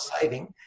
saving